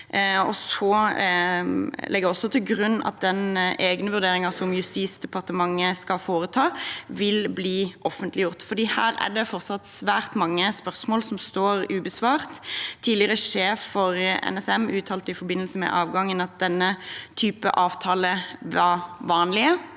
Jeg legger også til grunn at den egne vurderingen som Justisdepartementet skal foreta, vil bli offentliggjort. Her er det fortsatt svært mange spørsmål som står ubesvart. Tidligere sjef for NSM uttalte i forbindelse med avgangen at denne typen avtaler er vanlig.